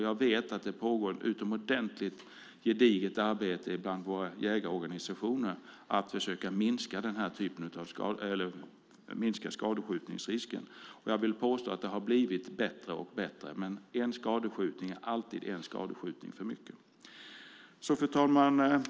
Jag vet att det bland våra jägarorganisationer pågår ett mycket gediget arbete med att försöka minska skadskjutningsrisken. Jag vill påstå att det har blivit allt bättre, men en skadskjutning är alltid en skadskjutning för mycket. Fru talman!